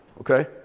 okay